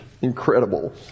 incredible